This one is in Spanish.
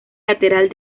lateral